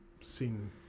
Seen